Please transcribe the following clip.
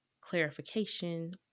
clarification